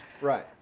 Right